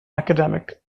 academic